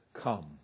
come